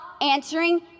answering